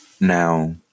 Now